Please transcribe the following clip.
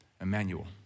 Emmanuel